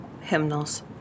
Hymnals